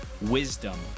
wisdom